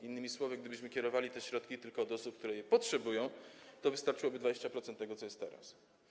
Innymi słowy, gdybyśmy kierowali te środki tylko do osób, które ich potrzebują, to wystarczyłoby 20% tego, co jest teraz.